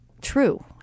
true